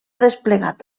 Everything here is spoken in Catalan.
desplegat